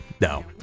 No